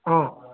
অ